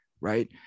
right